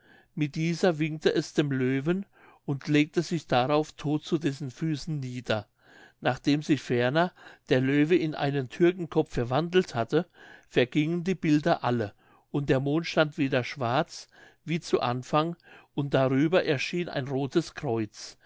mit dieser winkte es dem löwen und legte sich darauf todt zu dessen füßen nieder nachdem sich ferner der löwe in einen türkenkopf verwandelt hatte vergingen die bilder alle und der mond stand wieder schwarz wie zu anfang und darüber erschien ein rothes kreuz